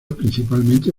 principalmente